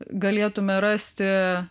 galėtume rasti